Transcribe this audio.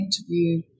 interview